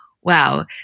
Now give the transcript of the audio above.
wow